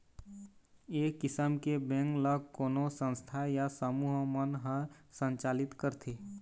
ए किसम के बेंक ल कोनो संस्था या समूह मन ह संचालित करथे